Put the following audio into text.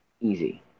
easy